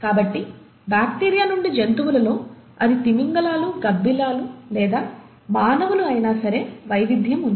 కాబట్టి బ్యాక్టీరియా నుండి జంతువులలో అది తిమింగలాలు గబ్బిలాలు లేదా మానవులు అయినా సరే వైవిధ్యం ఉంది